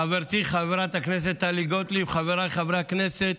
חברתי חברת הכנסת טלי גוטליב, חבריי חברי הכנסת,